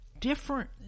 different